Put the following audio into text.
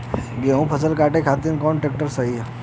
गेहूँक फसल कांटे खातिर कौन ट्रैक्टर सही ह?